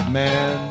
man